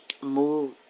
move